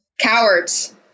cowards